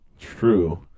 True